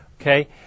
Okay